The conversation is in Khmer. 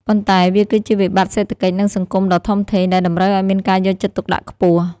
ប៉ុន្តែវាគឺជាវិបត្តិសេដ្ឋកិច្ច និងសង្គមដ៏ធំធេង ដែលតម្រូវឱ្យមានការយកចិត្តទុកដាក់ខ្ពស់។